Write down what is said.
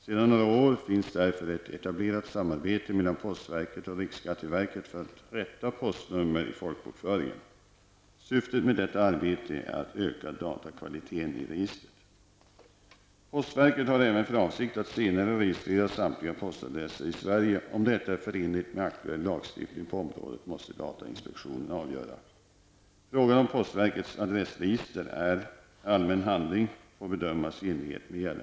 Sedan några år finns därför ett etablerat samarbete mellan postverket och riksskatteverket för att rätta postnummer i folkbokföringen. Syftet med detta arbete är att öka datakvaliteten i registret. Postverket har även för avsikt att senare registrera samtliga postadresser i Sverige. Om detta är förenligt med aktuell lagstiftning på området måste datainspektionen avgöra.